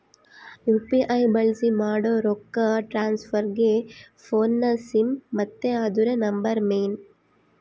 UPI ಬಳ್ಸಿ ಮಾಡೋ ರೊಕ್ಕ ಟ್ರಾನ್ಸ್ಫರ್ಗೆ ಫೋನ್ನ ಸಿಮ್ ಮತ್ತೆ ಅದುರ ನಂಬರ್ ಮೇನ್